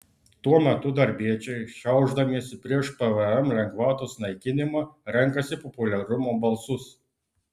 tuo metu darbiečiai šiaušdamiesi prieš pvm lengvatos naikinimą renkasi populiarumo balsus